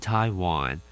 Taiwan